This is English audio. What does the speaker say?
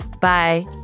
Bye